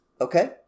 okay